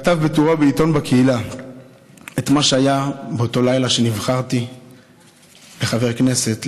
כתב בטורו בעיתון בקהילה את מה שהיה באותו לילה שנבחרתי לחבר כנסת.